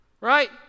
right